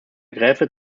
graefe